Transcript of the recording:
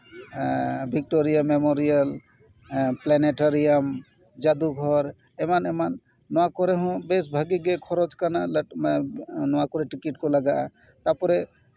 ᱵᱷᱤᱠᱴᱳᱨᱤᱭᱟᱞ memorial planetarium ᱡᱟᱫᱩᱜᱷᱚᱨ ᱮᱢᱟᱱ ᱮᱢᱟᱱ ᱱᱚᱣᱟ ᱠᱚᱨᱮ ᱦᱚᱸ ᱵᱮᱥ ᱵᱷᱟᱜᱮ ᱜᱮ ᱠᱷᱚᱨᱚᱪ ᱠᱟᱱᱟ ᱞᱟᱹᱴᱩ ᱱᱚᱣᱟ ᱠᱚᱨᱮᱜ ᱴᱤᱠᱤᱴ ᱠᱚ ᱞᱟᱜᱟᱜᱼᱟ ᱛᱟᱨᱯᱚᱨᱮ